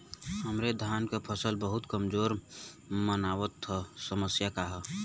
हमरे धान क फसल बहुत कमजोर मनावत ह समस्या का ह?